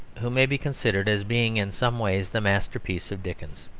who may be considered as being in some ways the masterpiece of dickens.